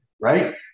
right